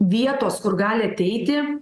vietos kur gali ateiti